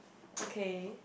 okay